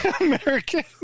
American